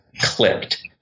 clicked